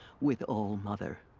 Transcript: with all-mother.